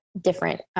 different